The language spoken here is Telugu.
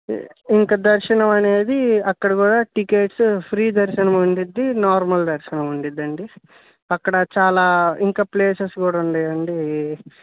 ఇంకా దర్శనం అనేది అక్కడ కూడా టికెట్స్ ఫ్రీ దర్శనం ఉండిద్ది నార్మల్ దర్శనం ఉండిద్దండి అక్కడ చాలా ఇంకా ప్లేసెస్ కూడా ఉంన్నాయండి